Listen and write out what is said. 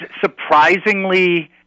surprisingly